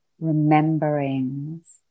rememberings